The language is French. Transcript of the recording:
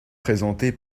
présenté